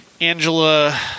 Angela